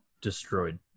destroyed